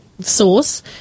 source